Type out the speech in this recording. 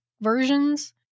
versions